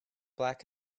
black